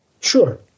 Sure